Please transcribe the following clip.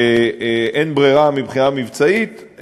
שאין ברירה מבחינה מבצעית,